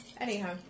Anyhow